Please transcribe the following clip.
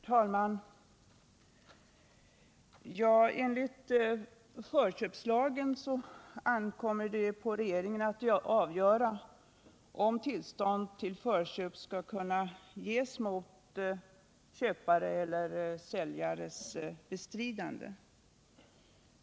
Herr talman! Enligt förköpslagen ankommer det på regeringen att avgöra om tillstånd till förköp skall kunna ges mot köpares eller säljares bestridande.